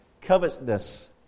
covetousness